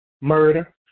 Murder